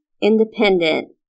independent